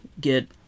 get